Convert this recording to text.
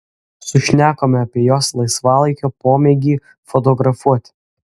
sušnekome apie jos laisvalaikio pomėgį fotografuoti